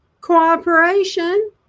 cooperation